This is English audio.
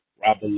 Rob